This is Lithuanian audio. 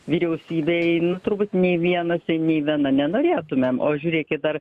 vyriausybėj nu turbūt nei vienas ir nei viena nenorėtumėm o žiūrėkit ar